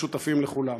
משותפים לכולם.